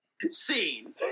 Scene